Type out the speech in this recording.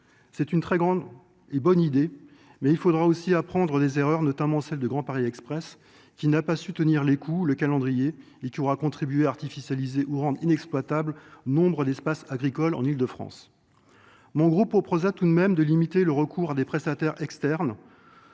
c'est une très grande et bonne idée mais il faudra aussi apprendre des erreurs, notamment celle du Grand Paris Express, qui n'a pas su tenir les coûts, le calendrier et qui aura contribué à artificialité ou rendre inexploitable nombre d'espaces agricoles en île de France. Monrose proposa tout de même de limiter le recours à des prestataires externes.